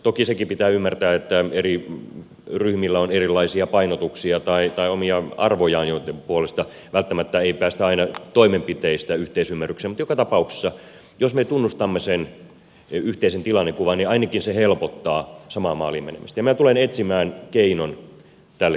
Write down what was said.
toki sekin pitää ymmärtää että eri ryhmillä on erilaisia painotuksia tai omia arvojaan joitten puolesta välttämättä ei päästä aina toimenpiteistä yhteisymmärrykseen mutta joka tapauksessa jos me tunnustamme sen yhteisen tilannekuvan niin ainakin se helpottaa samaan maaliin menemistä ja minä tulen etsimään keinon tälle keskustelulle